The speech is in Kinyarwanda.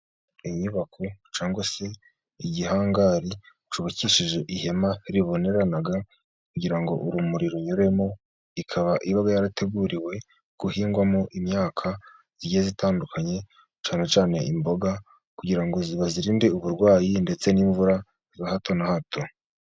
Inyubako cyangwa se igihangari cyubakishije ihema ribonerana kugira ngo urumuri runyuremo, ikaba iba yarateguriwe kuhingwamo imyaka igiye itandukanye cyane cyane imboga, kugira ngo bazirinde uburwayi ndetse n'imvura za hato na hato.